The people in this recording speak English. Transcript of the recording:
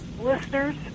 Listeners